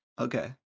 Okay